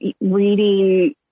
reading